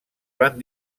van